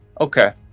okay